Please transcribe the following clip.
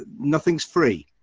ah nothing's free.